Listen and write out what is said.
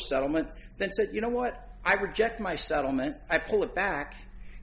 settlement that said you know what i reject my settlement i pull it back